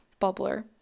bubbler